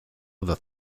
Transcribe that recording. other